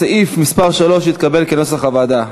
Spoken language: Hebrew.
סעיף 3 התקבל כנוסח הוועדה.